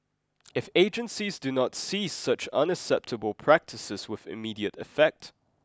if agencies do not cease such unacceptable practices with immediate effect